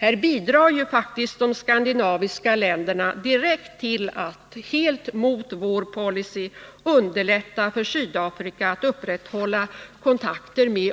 Här bidrar ju faktiskt de skandinaviska länderna direkt till att — helt mot vår policy — underlätta för Sydafrika att upprätthålla kontakter med